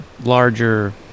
larger